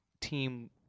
team